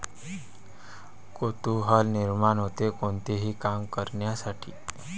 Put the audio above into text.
कुतूहल निर्माण होते, कोणतेही काम करण्यासाठी